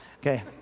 okay